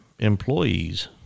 employees